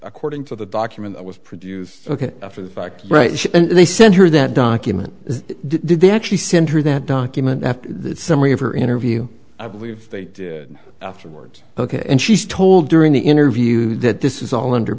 according to the document was produced ok after the fact right and they sent her that document did they actually center that document after the summary of her interview i believe they did afterwards ok and she's told during the interview that this is all under